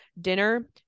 dinner